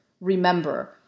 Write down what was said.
remember